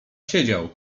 siedział